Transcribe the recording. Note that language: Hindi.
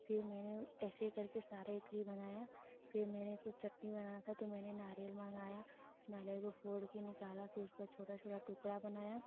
फिर मैंने ऐसे करके सारे इडली बनाया फिर मेरे को चटनी बनाना था तो मैने नारियल मंगाया नारियल को फोड़ कर निकाला फिर उसका छोटा छोटा टुकड़ा बनाया